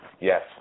Yes